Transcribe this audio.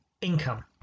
income